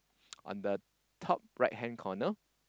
on the top right hand corner